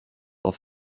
auf